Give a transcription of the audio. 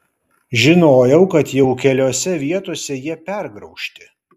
žinojau kad jau keliose vietose jie pergraužti